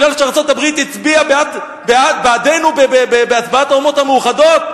שארצות-הברית הצביעה בעדנו בהצבעת האומות המאוחדות?